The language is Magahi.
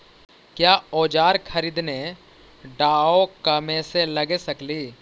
क्या ओजार खरीदने ड़ाओकमेसे लगे सकेली?